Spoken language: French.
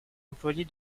employée